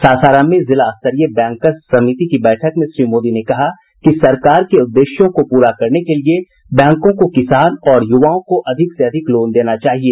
सासाराम में जिला स्तरीय बैंकर्स समिति की बैठक में श्री मोदी ने कहा कि सरकार के उद्देश्यों को पूरा करने के लिए बैंकों को किसान और युवाओं को अधिक से अधिक लोन देना चाहिए